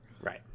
Right